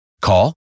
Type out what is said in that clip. Call